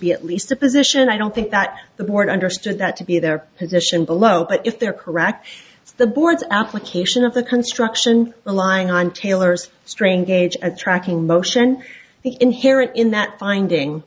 be at least a position i don't think that the board understood that to be their position below but if they're correct it's the board's application of the construction lying on taylor's strain gauge a tracking motion the inherent in that finding